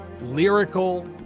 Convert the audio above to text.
lyrical